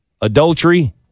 adultery